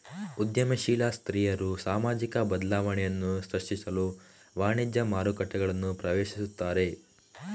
ಉದ್ಯಮಶೀಲ ಸ್ತ್ರೀಯರು ಸಾಮಾಜಿಕ ಬದಲಾವಣೆಯನ್ನು ಸೃಷ್ಟಿಸಲು ವಾಣಿಜ್ಯ ಮಾರುಕಟ್ಟೆಗಳನ್ನು ಪ್ರವೇಶಿಸುತ್ತಾರೆ